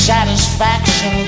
Satisfaction